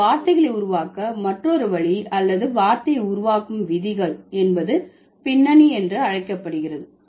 நாம் வார்த்தைகளை உருவாக்க மற்றொரு வழி அல்லது வார்த்தை உருவாக்கம் விதிகள் என்பது பின்னணி என்று அழைக்கப்படுகிறது